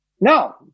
No